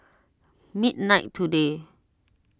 midnight today